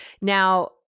Now